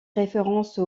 référence